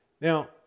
Now